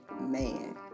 man